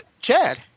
Chad